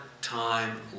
time